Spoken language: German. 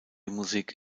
musik